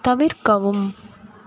தவிர்க்கவும்